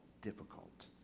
difficult